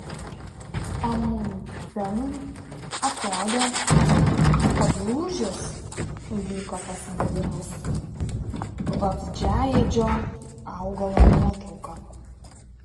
amundsenui atrodė kad lūžis įvyko pasidalinus vabzdžiaėdžio augalo nuotrauka